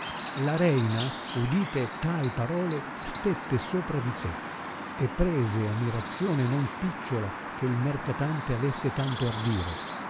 la reina udite tai parole stette sopra di sé e prese ammirazione non picciola che il mercatante avesse tanto ardire